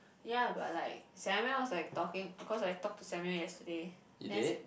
ya but like Samuel was like talking of course I talk to Samuel yesterday then